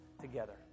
together